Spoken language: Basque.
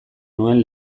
nuen